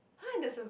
!huh! there's a